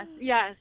yes